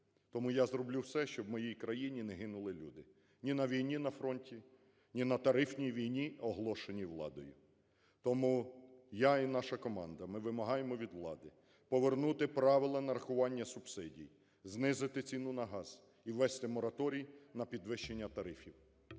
Тому я зроблю все, щоб в моїй країні не гинули люди ні на війні на фронті, ні на тарифній війні, оголошеній владою. Тому я і наша команда, ми вимагаємо від влади повернути правила нарахування субсидій, знизити ціну на газ і ввести мораторій на підвищення тарифів.